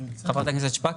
חברת הכנסת שפק,